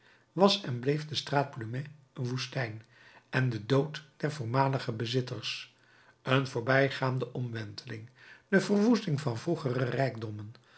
kruisten was en bleef de straat plumet een woestenij en de dood der voormalige bezitters een voorbijgegane omwenteling de verwoesting van vroegere rijkdommen